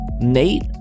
Nate